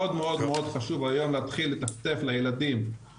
מאוד מאוד חשוב היום להתחיל לטפטף לילדים,